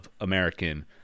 American